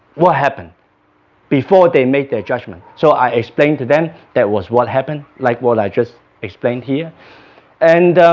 what happened before they make their judgment, so i explained to them that was what happened like what i just explained here and